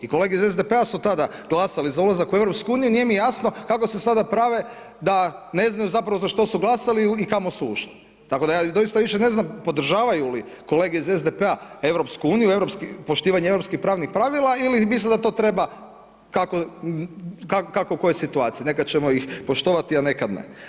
I kolege iz SDP-a su tada glasali za ulazak u EU i nije mi jasno, kao se sada prave da ne znaju zapravo za što su glasali i kamo su ušli, tako da ja doista više ne znam, podržavaju li kolege iz SPD-a EU i poštivanje europskih pravnih pravila, ili misle da to treba kako koje situaciji, nekada ćemo ih poštovati a nekada ne.